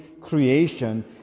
creation